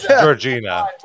Georgina